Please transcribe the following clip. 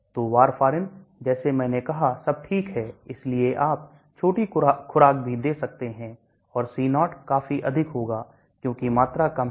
तो warfarin जैसे मैंने कहा सब ठीक है इसलिए आप छोटी खुराक भी दे सकते हैं और C0 काफी अधिक होगा क्योंकि मात्रा कम है